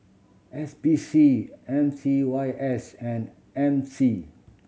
S P C M C Y S and M C